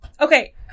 okay